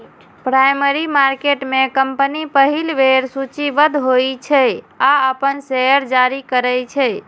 primary market में company पहिल बेर सूचीबद्ध होइ छै आ अपन शेयर जारी करै छै